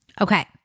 Okay